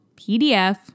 PDF